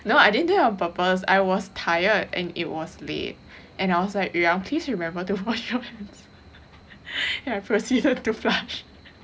no I didn't do on purpose I was tired and it was late and I was like please remember to wash your hands and I proceeded to flush